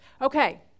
Okay